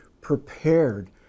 prepared